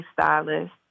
stylist